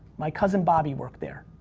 my cousin bobby worked there,